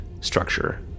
structure